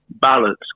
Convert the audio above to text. balance